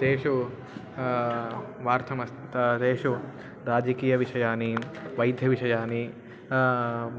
तेषु वार्तमस्तादेषु राजकीयविषयाः वैद्यविषयाः